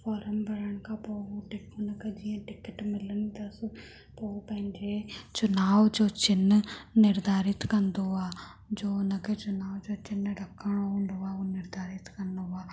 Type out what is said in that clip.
forum भरण खां पोइ हू हुन खे जीअं टिकिट मिलंदी अथसि त हू पंहिंजे चुनाव जो चिन्ह निर्धारित कंदो आहे जो उन खे चुनाव जो चिन्ह रखिणो हूंदो आहे निर्धारित कंदो आहे